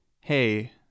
hey